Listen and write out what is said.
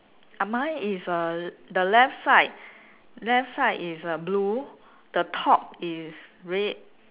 ah mine is uh the left side left side is uh blue the top is red